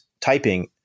typing